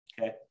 Okay